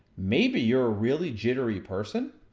maybe you're a really jittery person,